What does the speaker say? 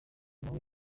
nawe